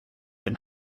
been